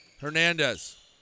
Hernandez